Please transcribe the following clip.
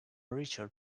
richard